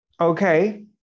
okay